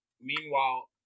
Meanwhile